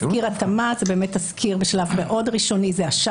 תסקיר התאמה הוא תסקיר בשלב מאוד ראשוני שמהווה את